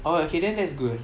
orh okay then that's good